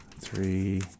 three